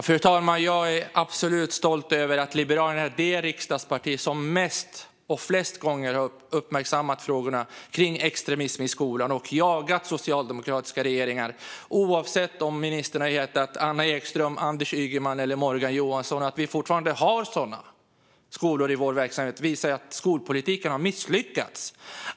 Fru talman! Jag är absolut stolt över att Liberalerna är det riksdagsparti som mest och flest gånger har uppmärksammat frågorna om extremism i skolan och jagat socialdemokratiska regeringar, oavsett om ministern har hetat Anna Ekström, Anders Ygeman eller Morgan Johansson. Att vi fortfarande har sådana skolor i verksamhet visar att skolpolitiken har misslyckats.